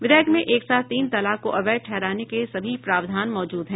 विधेयक में एक साथ तीन तलाक को अवैध ठहराने के सभी प्रावधान मौजूद हैं